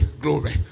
glory